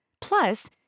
Plus